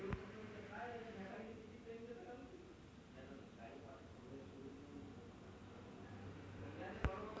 PMAY शहरी यादी किंवा पी.एम.ए.वाय ग्रामीण यादी असू शकते